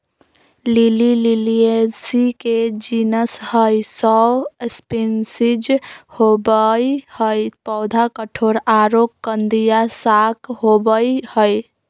lily Liliaceae के genus हई, सौ स्पिशीज होवअ हई, पौधा कठोर आरो कंदिया शाक होवअ हई